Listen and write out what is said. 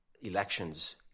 elections